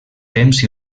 temps